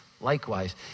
likewise